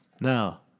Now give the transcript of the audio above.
now